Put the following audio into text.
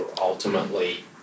ultimately